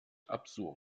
absurd